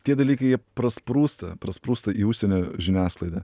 tie dalykai jie prasprūsta prasprūsta į užsienio žiniasklaidą